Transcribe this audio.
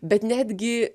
bet netgi